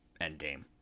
Endgame